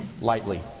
lightly